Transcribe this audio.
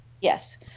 yes